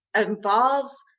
involves